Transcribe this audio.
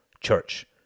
Church